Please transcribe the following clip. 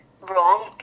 wrong